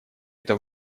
это